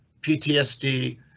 PTSD